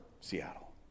Seattle